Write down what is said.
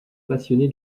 passionné